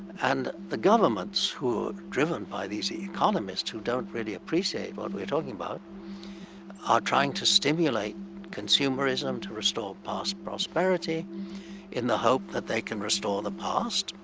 and the governments who are driven by these economists who don't really appreciate what but we're talking about are trying to stimulate consumerism to restore past prosperity in the hope that they can restore and the past.